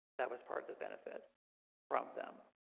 that was part of the benefit from them.